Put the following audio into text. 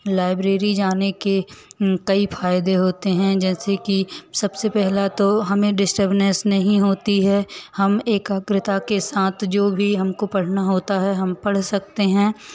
library जाने के कई फायदे होते हैं जैसे कि सबसे पहला तो हमें डिस्टर्बनेस नहीं होती है हम एकाग्रता के साथ जो भी हमको पढ़ना होता है हम पढ़ सकते हैं